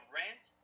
rent